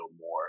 more